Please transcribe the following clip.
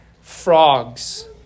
frogs